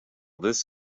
this